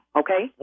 okay